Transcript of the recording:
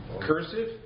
Cursive